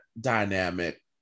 dynamic